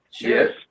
Yes